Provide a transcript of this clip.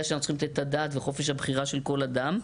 שאנחנו צריכים לתת את הדעת וחופש הבחירה של כל אדם.